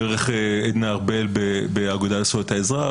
דרך עדנה ארבל באגודה לזכויות האזרח,